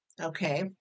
Okay